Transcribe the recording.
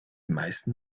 meisten